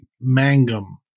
mangum